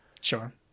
sure